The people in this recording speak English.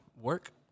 work